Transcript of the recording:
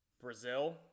Brazil